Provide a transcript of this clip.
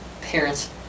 Parents